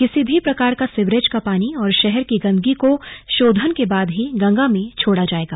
किसी भी प्रकार का सिवरेज का पानी और शहर की गंदगी को शोधन के बाद ही गंगा में छोड़ा जाएगा